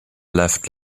left